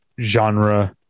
genre